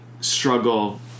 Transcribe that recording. struggle